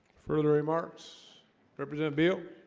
further remarks represent appeal